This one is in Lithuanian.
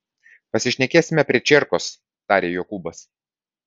pasišnekėsime prie čierkos tarė jokūbas